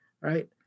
right